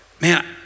man